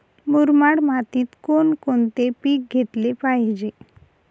मुरमाड मातीत कोणकोणते पीक घेतले पाहिजे?